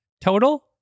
total